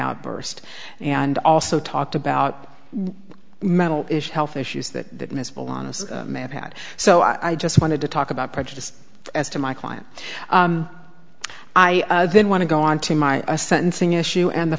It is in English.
outburst and also talked about mental health issues that may have had so i just wanted to talk about prejudice as to my client i then want to go on to my sentencing issue and the